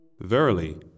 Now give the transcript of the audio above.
Verily